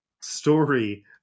story